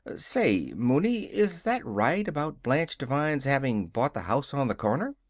say, mooney, is that right about blanche devine's having bought the house on the corner?